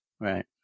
Right